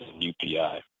UPI